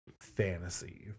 fantasy